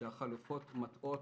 שהחלופות מטעות.